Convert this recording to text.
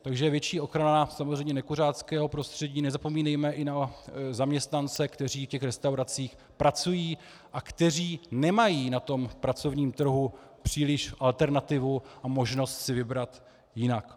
Takže větší ochrana samozřejmě nekuřáckého prostředí nezapomínejme i na zaměstnance, kteří v restauracích pracují a kteří nemají na pracovním trhu příliš alternativu a možnost si vybrat jinak.